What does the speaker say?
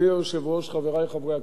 חברי חברי הכנסת,